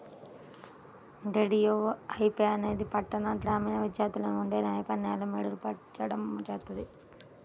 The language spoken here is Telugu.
డీడీయూఏవై అనేది పట్టణ, గ్రామీణ విద్యార్థుల్లో ఉండే నైపుణ్యాలను మెరుగుపర్చడం చేత్తది